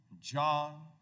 John